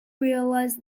realised